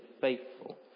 faithful